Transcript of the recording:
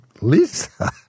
Lisa